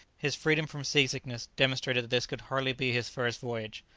his freedom from sea-sickness demonstrated that this could hardly be his first voyage,